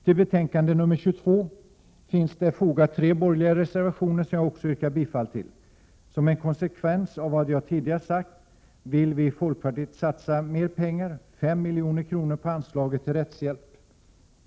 Till betänkande 22 finns fogade tre borgerliga reservationer, som jag också yrkar bifall till. Som en konsekvens av vad jag tidigare har sagt, vill vi i folkpartiet satsa mera pengar, 5 milj.kr., på anslaget till rättshjälp.